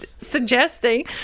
Suggesting